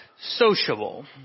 sociable